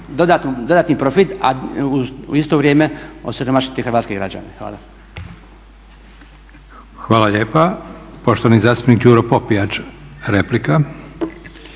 dodatni profit a u isto vrijeme osiromašiti hrvatske građane. Hvala. **Leko, Josip (SDP)** Hvala lijepa. Poštovani zastupnik Đuro Popijač, replika.